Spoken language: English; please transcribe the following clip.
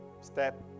Step